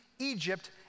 Egypt